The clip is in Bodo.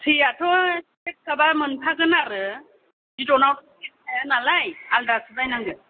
फ्रियाथ' सेत थाबा मोनफागोन आरो बिद'नाआव सेत थाया नालाइ आलदासो बायनांगोन